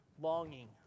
longing